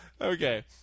Okay